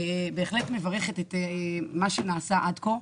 בהחלט מברכת את מה שנעשה עד כה.